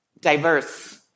diverse